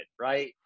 right